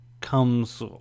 Comes